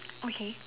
okay